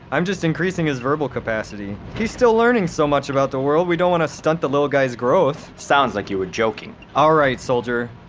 i'm just increasing his verbal capacity. he's still learning so much about the world, we don't want to stunt the little guy's growth sounds like you were joking alright, soldier.